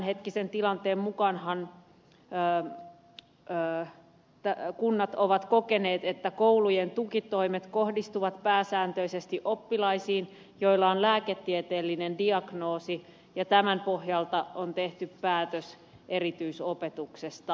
tämänhetkisen tilanteen mukaanhan kunnat ovat kokeneet että koulujen tukitoimet kohdistuvat pääsääntöisesti oppilaisiin joilla on lääketieteellinen diagnoosi ja tämän pohjalta on tehty päätös erityisopetuksesta